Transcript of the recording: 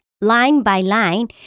line-by-line